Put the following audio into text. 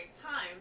time